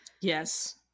yes